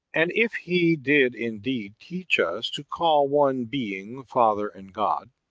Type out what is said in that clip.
and if he did indeed teach us to call one being father and god,